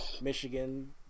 Michigan